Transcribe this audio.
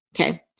Okay